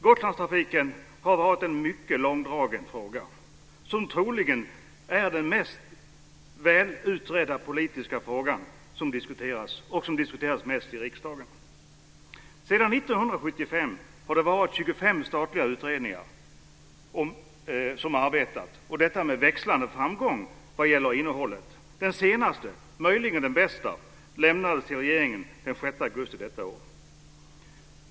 Gotlandstrafiken har varit en mycket långdragen fråga - troligen den mest välutredda politiska frågan och den fråga som diskuterats mest i riksdagen. Sedan år 1975 har det 25 statliga utredningar arbetat; detta med växlande framgång vad gäller innehållet. Den senaste, och möjligen den bästa, utredningen överlämnade sitt betänkande till regeringen den 6 augusti i år.